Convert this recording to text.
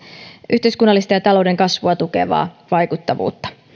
yhteiskunnallista ja talouden kasvua tukevaa vaikuttavuutta